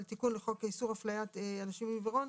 תיקון לחוק איסור הפליית אנשים עם עיוורון,